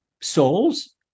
souls